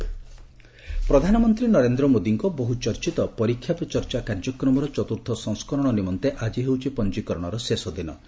ପରୀକ୍ଷା ପେ ଚର୍ଚ୍ଚା ପ୍ରଧାନମନ୍ତ୍ରୀ ନରେନ୍ଦ୍ର ମୋଦୀଙ୍କ ବହୁଚର୍ଚ୍ଚିତ 'ପରୀକ୍ଷା ପେ ଚର୍ଚ୍ଚା' କାର୍ଯ୍ୟକ୍ରମର ଚତୁର୍ଥ ସଂସ୍କରଣ ନିମନ୍ତେ ଆଜି ହେଉଛି ପଞ୍ଜୀକରଣର ଶେଷ ଦିବସ